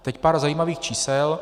A teď pár zajímavých čísel.